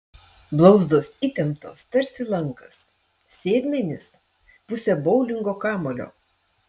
blauzdos įtemptos tarsi lankas sėdmenys pusė boulingo kamuolio